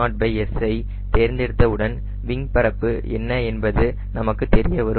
நான் W0S ஐ தேர்ந்தெடுத்த உடன் விங் பரப்பு என்ன என்பது நமக்கு தெரியவரும்